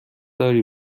داری